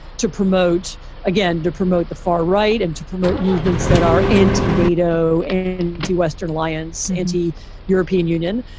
to promote again, to promote the far right and to promote movements that are anti nato anti-western alliance, anti european union.